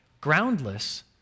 groundless